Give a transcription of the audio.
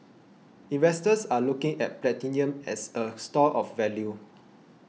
investors are looking at platinum as a store of value